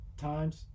times